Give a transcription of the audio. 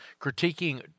critiquing